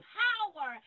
power